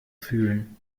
fühlen